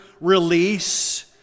release